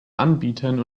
anbietern